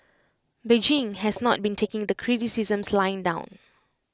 Beijing has not been taking the criticisms lying down